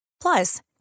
Plus